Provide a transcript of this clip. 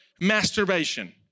masturbation